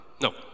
No